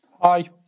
Hi